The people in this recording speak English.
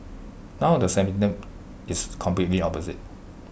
now the sentiment is completely opposite